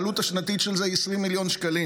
העלות השנתית של זה היא 20 מיליון שקלים.